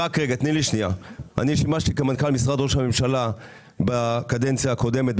אני שימשתי כמנכ"ל משרד ראש הממשלה בקדנציה הקודמת,